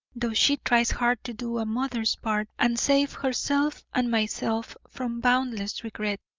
though she tries hard to do a mother's part and save herself and myself from boundless regret.